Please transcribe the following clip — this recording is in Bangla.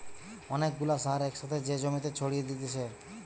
অনেক গুলা সার এক সাথে যে জমিতে ছড়িয়ে দিতেছে